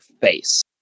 face